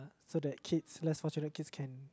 so that kids less fortunate kids can